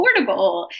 affordable